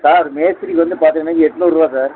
sir மேஸ்திரிக்கு வந்து பார்த்திங்கன்னா எட்நூறுரூவா சார்